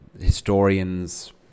Historians